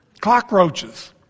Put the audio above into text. Cockroaches